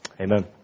Amen